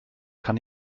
kann